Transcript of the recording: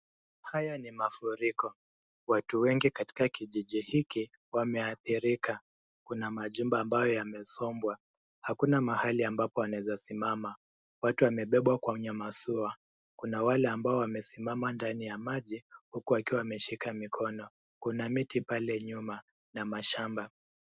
Haya ni mafuriko, watu wengi katika kijiji hiki wameathirika. Kuna majumba ambayo yamesombwa. Hakuna mahali ambapo wanaeza simama. Watu wamebebwa kwenye mashua . kuna wale ambao wamesimama ndani ya maji, huku wakiwa wameshika mikono. kuna miti pale nyuma na mashamba.